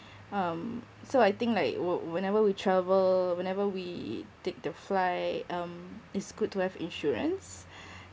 um so I think like whe~ whenever we travel whenever we take the flight um it's good to have insurance